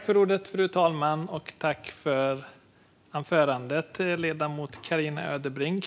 Fru talman! Tack för anförandet, ledamoten Carina Ödebrink!